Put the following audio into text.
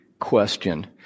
question